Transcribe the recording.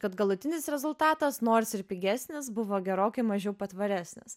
kad galutinis rezultatas nors ir pigesnis buvo gerokai mažiau patvaresnis